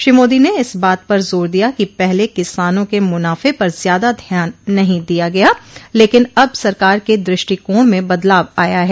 श्री मोदी ने इस बात पर जोर दिया कि पहले किसानों के मुनाफे पर ज्यादा ध्यान नहीं दिया गया लेकिन अब सरकार के दुष्टिकोण में बदलाव आया है